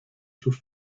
sus